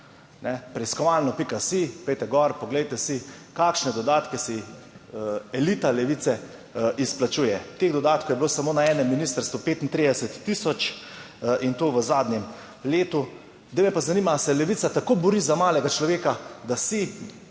Preiskovalno.si, pojdite gor, poglejte si kakšne dodatke si elita Levice izplačuje. Teh dodatkov je bilo samo na enem ministrstvu 35 tisoč in to v zadnjem letu. Zdaj me pa zanima, ali se Levica tako bori za malega človeka, da si